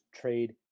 trade